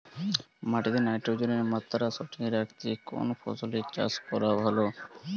মাটিতে নাইট্রোজেনের মাত্রা সঠিক রাখতে কোন ফসলের চাষ করা ভালো?